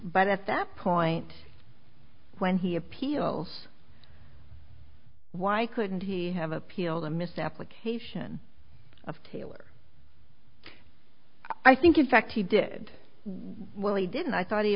but at that point when he appeals why couldn't he have appealed a misapplication of taylor i think in fact he did what he did and i thought he